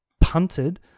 punted